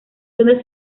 donde